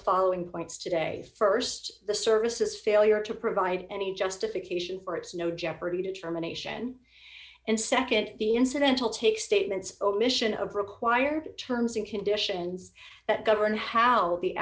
following points today st the services failure to provide any justification for its no jeopardy determination and nd the incidental take statements omission of required terms and conditions that govern how the